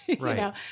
Right